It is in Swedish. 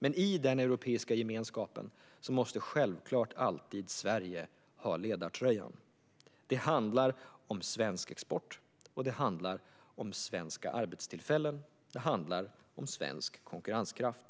Men i Europeiska unionen måste Sverige självklart alltid ha ledartröjan. Det handlar om svensk export, om svenska arbetstillfällen och om svensk konkurrenskraft.